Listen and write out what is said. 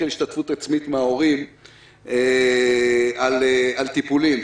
השתתפות עצמית מן ההורים על טיפולים,